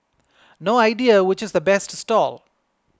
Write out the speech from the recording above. no idea which is the best stall